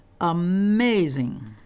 Amazing